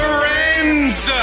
Friends